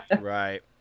right